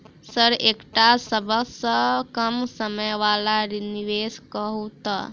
Sir एकटा सबसँ कम समय वला निवेश कहु तऽ?